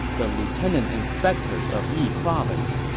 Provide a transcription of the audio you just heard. the lieutenant inspector of yi province.